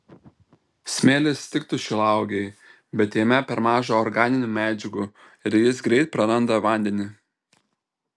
smėlis tiktų šilauogei bet jame per maža organinių medžiagų ir jis greit praranda vandenį